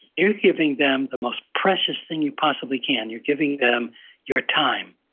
you're giving them the most precious thing you possibly can. you're giving them your time.